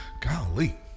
Golly